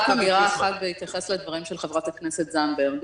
רק עוד אמירה אחת בהתייחס לדברים של חברת הכנסת זנדברג,